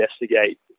investigate